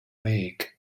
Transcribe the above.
wig